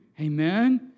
Amen